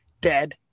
dead